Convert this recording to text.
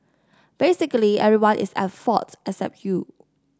basically everyone is at fault except you